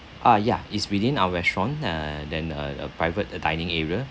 ah ya is within our restaurant uh then uh a private dining area